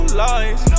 lies